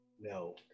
No